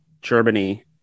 Germany